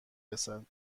رسد